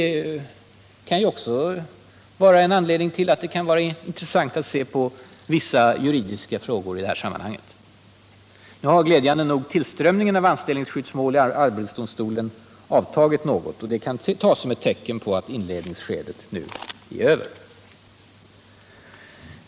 Också det kan vara en anledning till att det är av intresse att se på vissa juridiska frågor i dessa sammanhang. Glädjande nog har tillströmningen av anställningsskyddsmål i arbetsdomstolen avtagit något, och det kan tas som ett tecken på att inledningsskedet nu är över.